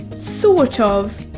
sort of